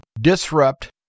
disrupt